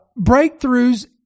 breakthroughs